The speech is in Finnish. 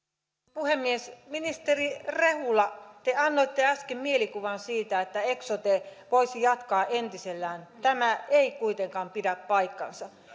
puhemies ministeri rehula te annoitte äsken mielikuvan siitä että eksote voisi jatkaa entisellään tämä ei kuitenkaan pidä paikkaansa